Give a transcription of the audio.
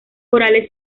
orales